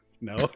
no